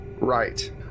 Right